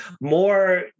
more